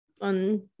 On